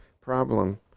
problem